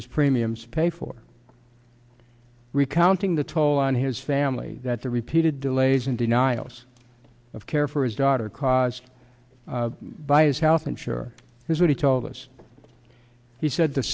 his premiums paid for recounting the toll on his family that the repeated delays and denials of care for his daughter caused by his health insurance here's what he told us he said the